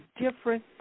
different